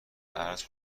عرض